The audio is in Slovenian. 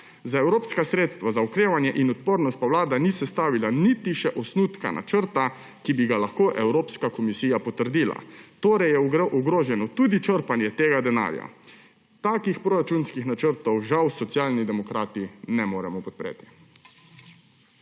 Za evropska sredstva za okrevanje in odpornost pa Vlada še ni sestavila niti osnutka načrta, ki bi ga lahko Evropska komisija potrdila. Torej je ogroženo tudi črpanje tega denarja. Takih proračunskih načrtov žal Socialni demokrati ne moremo podpreti.